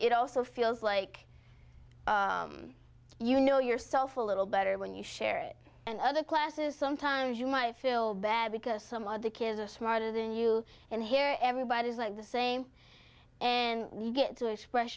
it also feels like you know yourself a little better when you share it and other classes sometimes you might fill bad because some of the kids are smarter than you and here everybody is like the same and you get to express